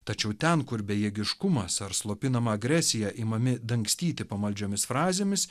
tačiau ten kur bejėgiškumas ar slopinama agresija imami dangstyti pamaldžiomis frazėmis